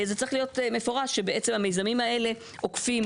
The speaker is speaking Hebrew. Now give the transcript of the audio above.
זה צריך להיות מפורש שבעצם המיזמים האלה עוקפים